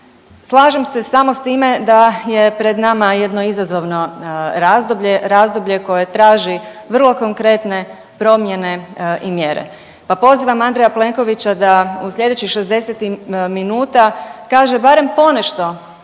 Slažem se samo s time da je pred nama jedno izazovno razdoblje, razdoblje koje traži vrlo konkretne promjene i mjere. Pa pozivam Andreja Plenkovića da u sljedećih 60 minuta kaže barem ponešto